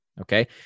okay